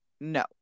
no